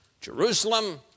Jerusalem